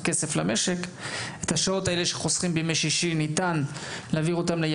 את השעות שחוסכים בימי שישי ניתן להעביר אותם לימים אחרים בשנה,